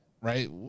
right